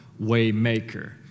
Waymaker